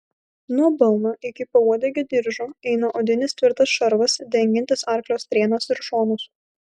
nuo balno iki pauodegio diržo eina odinis tvirtas šarvas dengiantis arklio strėnas ir šonus